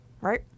right